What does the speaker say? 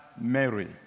Mary